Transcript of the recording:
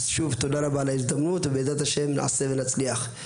אז שוב תודה רבה על ההזדמנות ובעזרת השם נעשה ונצליח.